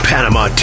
Panama